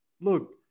look